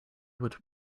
would